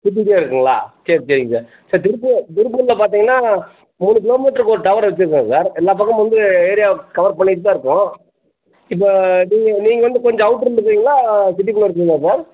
சுற்றிக்கிட்டே இருக்குங்களா சரி சரிங்க சார் சார் திருப்பூ திருப்பூரில் பார்த்தீங்கன்னா மூணு கிலோமீட்டருக்கு ஒரு டவர் வெச்சுருக்கோம் சார் எல்லாப் பக்கமும் வந்து ஏரியாவை கவர் பண்ணிகிட்டு தான் இருக்கோம் இப்போ நீங்கள் நீங்கள் வந்து கொஞ்சம் அவுட்ரில் இருக்கிறீங்களா சிட்டி குள்ளே இருக்கீங்களா சார்